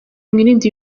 mwirinde